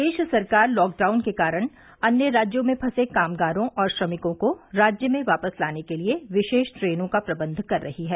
प्रदेश सरकार लॉकडाउन के कारण अन्य राज्यों में फंसे कामगारों और श्रमिकों को राज्य में वापस लाने के लिए विशेष ट्रेनों का प्रबन्ध कर रही है